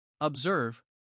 Observe